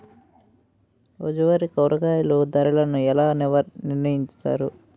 రోజువారి కూరగాయల ధరలను ఎలా నిర్ణయిస్తారు?